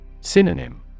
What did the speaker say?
Synonym